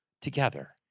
together